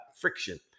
friction